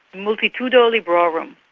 multitudo librorum.